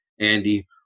Andy